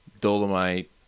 Dolomite